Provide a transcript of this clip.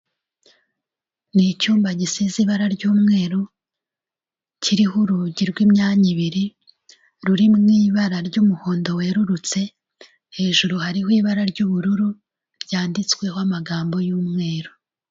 Ni icyumba gisize ibara ry'umweru, kiriho urugi rw'imyanya ibiri, ruri mu ibara ry'umuhondo werurutse, hejuru hariho ibara ry'ubururu ryanditsweho amagambo y'umweru.